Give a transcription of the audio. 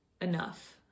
enough